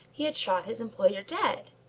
he had shot his employer dead?